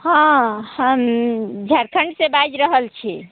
हँ हम झारखण्डसँ बाजि रहल छी